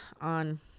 on